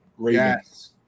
Yes